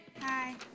Hi